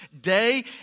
day